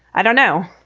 i don't know.